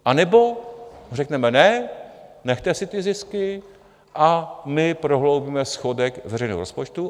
Anebo řekneme: Ne, nechte si ty zisky a my prohloubíme schodek veřejného rozpočtu.